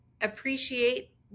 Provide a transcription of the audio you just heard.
appreciate